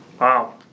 Wow